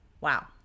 Wow